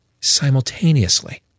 simultaneously